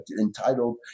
entitled